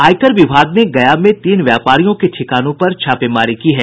आयकर विभाग ने गया में तीन व्यापारियों के ठिकानों पर छापेमारी की है